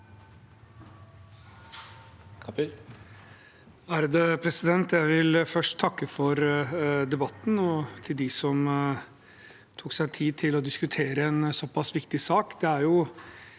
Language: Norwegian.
(H) Jeg vil først takke for debatten og til dem som tok seg tid til å diskutere en såpass viktig sak.